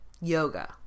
Yoga